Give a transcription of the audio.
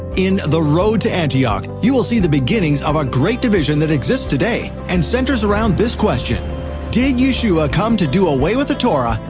in the road to antioch, you will see the beginnings of a great division that exists today and centers around this question did yeshua come to do away with the torah,